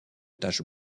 taches